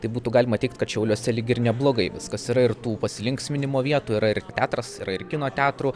tai būtų galima teigt kad šiauliuose lyg ir neblogai viskas yra ir tų pasilinksminimo vietų yra ir teatras yra ir kino teatrų